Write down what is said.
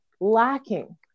lacking